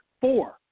four